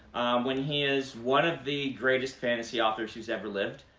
when he is one of the greatest fantasy authors who's ever lived.